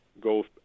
go